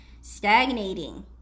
stagnating